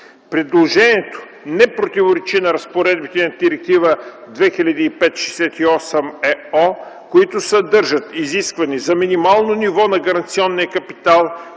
Предложението не противоречи на разпоредбите на Директива 2005/68/ЕО, които съдържат изискване за минимално ниво на гаранционния капитал